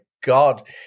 god